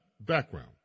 background